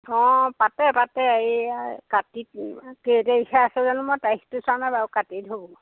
অঁ পাতে পাতে এই কাতিত কেই তাৰিখে আছে জানো মই তাৰিখটো চোৱা নাই বাৰু কাতিত হ'ব